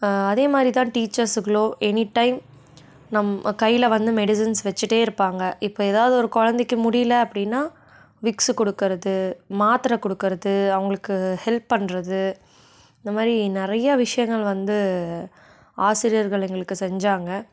அதே மாதிரி தான் டீச்சர்ஸுகளும் எனிடைம் நம்ம கையில் வந்து மெடிசன்ஸ் வெச்சுட்டே இருப்பாங்க இப்போ எதாவது ஒரு கொழந்தைக்கு முடியல அப்படின்னா விக்ஸு கொடுக்கறது மாத்திரை கொடுக்கறது அவங்களுக்கு ஹெல்ப் பண்ணுறது இந்த மாதிரி நிறையா விஷயங்கள் வந்து ஆசிரியர்கள் எங்களுக்கு செஞ்சாங்க